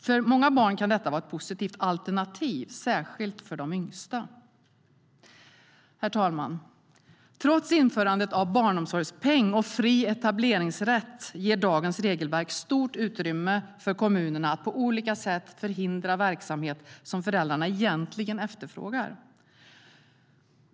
För många barn kan detta vara ett positivt alternativ, särskilt för de yngsta. Herr talman! Trots införandet av barnomsorgspeng och fri etableringsrätt ger dagens regelverk stort utrymme för kommunerna att på olika sätt förhindra verksamhet som föräldrarna egentligen efterfrågar.